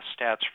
stats